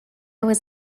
was